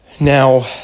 Now